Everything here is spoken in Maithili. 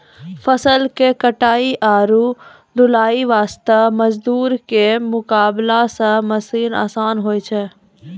फसल के कटाई आरो ढुलाई वास्त मजदूर के मुकाबला मॅ मशीन आसान होय छै